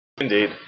Indeed